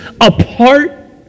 apart